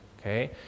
Okay